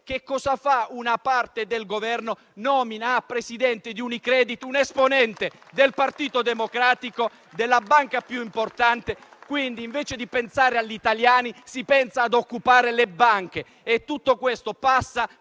meglio, una sua parte)? Nomina come presidente di Unicredit un esponente del Partito Democratico della banca più importante. Invece di pensare agli italiani, si pensa a occupare le banche. E tutto questo passa